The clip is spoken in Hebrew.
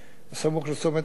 בית-הדין לעבודה,